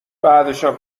بعدشم